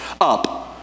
up